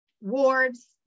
wards